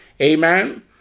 Amen